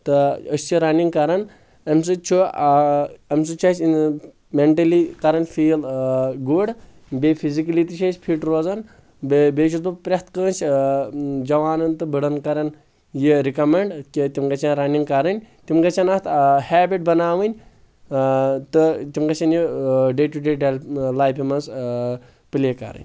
تہٕ أسۍ چھِ رننِگ کران تمہِ سۭتۍ چھُ آ امہِ سۭتۍ چھُ اسہِ اۭں میٚنٹٔلی کران فیٖل گُڈ بییٚہِ فِزِکٔلی تہِ چھِ أسۍ فٹ روزان بییٚہِ بییٚہِ چھُس بہٕ پرٮ۪تھ کٲنٛسہِ اۭں جوانن تہٕ بٕڑن کران یہِ رِکمیٚنڈ کہِ تِم گژھَن رننِگ کرٕنۍ تِم گژھن اتھ ہیبِٹ بناوٕنۍ آ تہٕ تِم گژھن یہِ ڈے ٹُہ ڈے لایفہِ منٛز پٕلے کرٕنۍ